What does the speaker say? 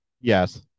yes